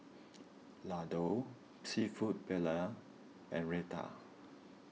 Ladoo Seafood Paella and Raita